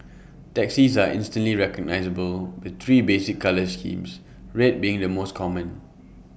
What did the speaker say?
taxis are instantly recognisable with three basic colour schemes red being the most common